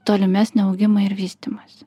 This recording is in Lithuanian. tolimesnį augimą ir vystymąsi